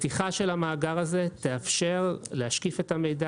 פתיחה של המאגר הזה תאפשר להשקיף את המידע